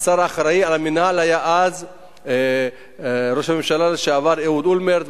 השר האחראי על המינהל היה אז ראש הממשלה לשעבר אהוד אולמרט,